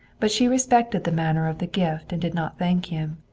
but she respected the manner of the gift and did not thank him.